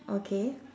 okay